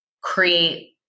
create